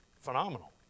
phenomenal